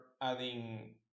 adding